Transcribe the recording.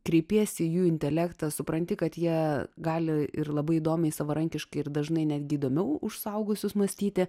kreipiesi į jų intelektą supranti kad jie gali ir labai įdomiai savarankiškai ir dažnai netgi įdomiau už suaugusius mąstyti